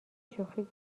شوخی